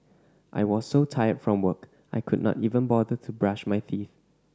I was so tired from work I could not even bother to brush my teeth